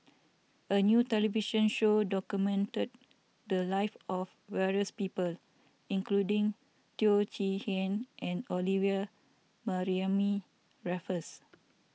a new television show documented the live of various people including Teo Chee Hean and Olivia Mariamne Raffles